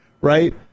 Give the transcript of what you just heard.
right